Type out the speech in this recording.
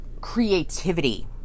creativity